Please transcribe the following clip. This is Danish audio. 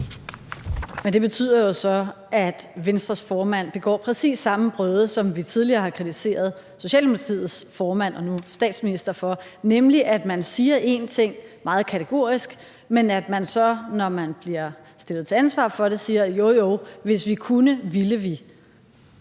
Men det betyder jo så, at Venstres formand begår præcis samme brøde, som vi tidligere har kritiseret Socialdemokratiets formand og nu statsminister for, nemlig at man siger en ting meget kategorisk, men at man så, når man bliver stillet til ansvar for det, siger, at jo, jo, hvis vi kunne, ville vi.